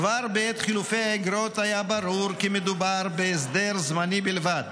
כבר בעת חילופי האיגרות היה ברור כי מדובר בהסדר זמני בלבד,